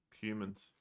Humans